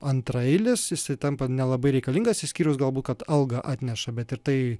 antraeilis jisai tampa nelabai reikalingas išskyrus galbūt kad algą atneša bet ir tai